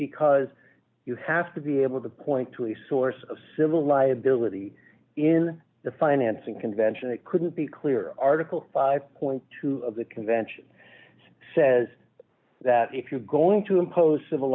because you have to be able to point to any source of civil liability in the financing convention it couldn't be clear article five dollars of the convention it says that if you're going to impose civil